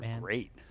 Great